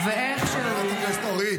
----- חברת הכנסת אורית.